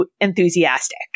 enthusiastic